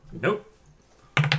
Nope